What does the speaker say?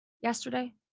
Yesterday